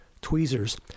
tweezers